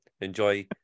enjoy